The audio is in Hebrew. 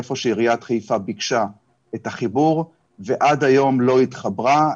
איפה שעיריית חיפה ביקשה את החיבור ועד היום היא לא התחברה,